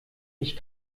ich